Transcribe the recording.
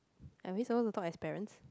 are we supposed to talk as parents